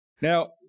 now